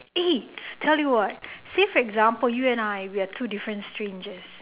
eh tell you what say for example you and I we are different strangers